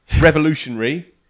revolutionary